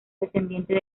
descendiente